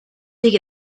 dig